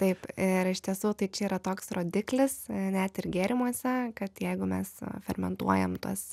taip ir iš tiesų tai čia yra toks rodiklis net ir gėrimuose kad jeigu mes fermentuojam tuos